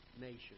nation